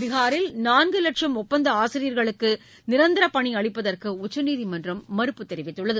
பீஹாரில் நான்கு லட்சம் ஒப்பந்த ஆசிரியர்களுக்கு நிரந்தர பணி அளிப்பதற்கு உச்சநீதிமன்றம் மறப்பு தெரிவித்துள்ளது